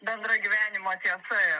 bendra gyvenimo tiesa